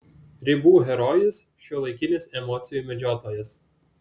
ribų herojus šiuolaikinis emocijų medžiotojas